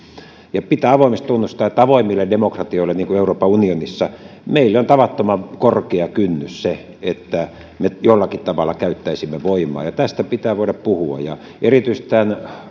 pitää avoimesti tunnustaa että avoimille demokratioille niin kuin euroopan unionissa meille on tavattoman korkea kynnys se että me jollakin tavalla käyttäisimme voimaa ja tästä pitää voida puhua erityisesti tämän